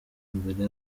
imbere